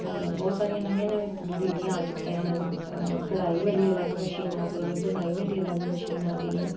ਬਹੁਤ ਸਾਰੀਆਂ ਨਵੀਆਂ ਨਵੀਆਂ ਤਬਦੀਲੀਆਂ ਆ ਚੁੱਕੀਆਂ ਹਨ ਕੜਾਈ ਵਾਲੀ ਅਲੱਗ ਮਸ਼ੀਨ ਆ ਗਈ ਆ ਬੁਣਾਈ ਵਾਲੀ ਅਲੱਗ ਮਸ਼ੀਨ ਆ ਗਈ ਹੈ